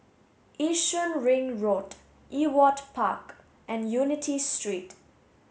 Yishun Ring Road Ewart Park and Unity Street